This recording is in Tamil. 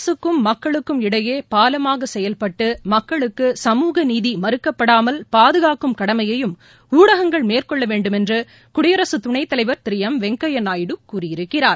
அரசுக்கும் மக்களுக்கும் இடையே பாலமாக செயல்பட்டு மக்களுக்கு சமூக நீதி மறுக்கப்படாமல் பாதுகாக்கும் கடமையயும் ஊடகங்கள் மேற்கொள்ளவேண்டும் என்று குடியரசு துனைத் தலைவர் திரு எம் வெங்கையா நாயுடு கூறியிருக்கிறார்